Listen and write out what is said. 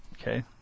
okay